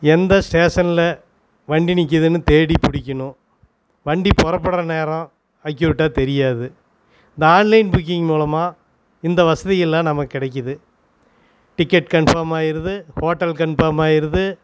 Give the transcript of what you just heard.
எந்த ஸ்டேஷனில் வண்டி நிற்கிதுன்னு தேடி பிடிக்கணும் வண்டி புறப்பட்ற நேரம் ஆக்கியுரேட்டாக தெரியாது இந்த ஆன்லைன் புக்கிங் மூலமாக இந்த வசதிகளெலாம் நமக்கு கிடைக்கிது டிக்கெட் கன்ஃபாமாகிருது ஹோட்டல் கன்ஃபாம் ஆகிருது